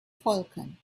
falcon